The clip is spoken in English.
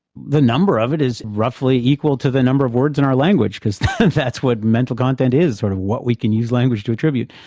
the number of it is roughly equal to the number of words in our language, because that's what mental content is. sort of, what we can use language to attribute,